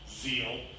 Zeal